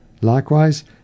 Likewise